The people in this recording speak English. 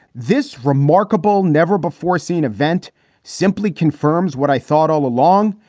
this remarkable never before seen event simply confirms what i thought all along.